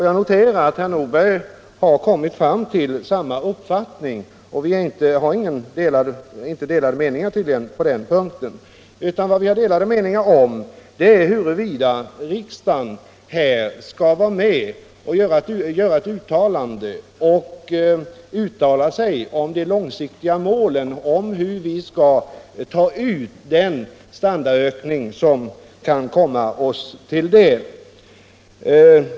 Jag noterar att herr Nordberg har kommit fram till samma uppfattning och att vi tydligen inte har delade meningar på den punkten. Vad vi har delade meningar om är huruvida riksdagen skall uttala sig om de långsiktiga målen, om hur vi skall ta ut den standardökning som kan komma oss till del.